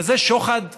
וזה שוחד כהלכתו.